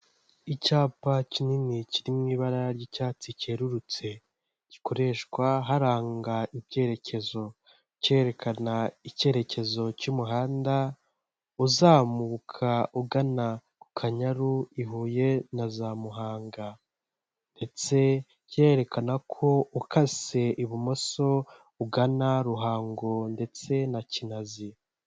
Icyapa kinini kiri mu ibara ry'icyatsi cyerurutse gikoreshwa haranga icyerekezo cyerekana icyerekezo cy'umuhanda uzamuka ugana ku Kanyaru, ibuye na za muhanga ndetse byerekana ko ukase ibumoso ugana ruhango ndetse na kinazi.